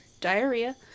diarrhea